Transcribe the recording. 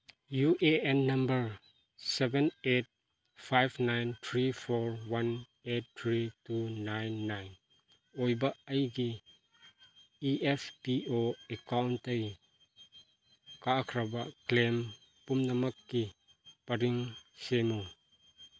U A N number seven eight five nine three four one eight three two nine nine ꯑꯣꯏꯕ ꯑꯩꯒꯤ E F P O ꯑꯦꯀꯥꯎꯟꯇꯩ ꯀꯛꯈ꯭ꯔꯕ claim ꯄꯨꯝꯅꯃꯛꯀꯤ ꯄꯔꯤꯡ ꯁꯦꯝꯃꯨ